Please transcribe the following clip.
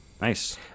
Nice